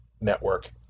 network